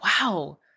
Wow